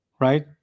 Right